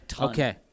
Okay